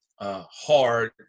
hard